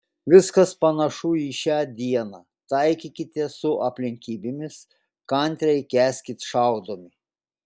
viskas panašu į šią dieną taikykitės su aplinkybėmis kantriai kęskit šaudomi